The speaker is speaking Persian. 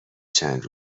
چند